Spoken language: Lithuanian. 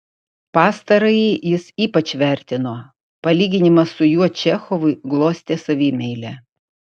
pastarąjį jis ypač vertino palyginimas su juo čechovui glostė savimeilę